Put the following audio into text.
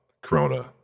Corona